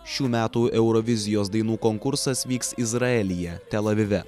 šių metų eurovizijos dainų konkursas vyks izraelyje tel avive